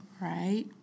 Right